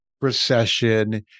recession